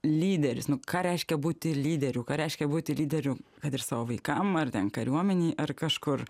lyderis nu ką reiškia būti lyderiu ką reiškia būti lyderiu kad ir savo vaikam ar ten kariuomenėj ar kažkur